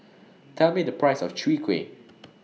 Tell Me The Price of Chwee Kueh